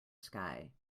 sky